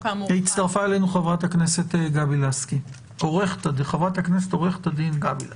הצטרפה אלינו חברת הכנסת עורכת הדן גבי לסקי.